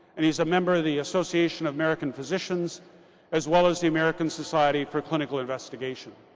and is a member of the association of american physicians as well as the american society for clinical investigation